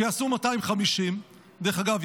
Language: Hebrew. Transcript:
שיעשו 250. דרך אגב,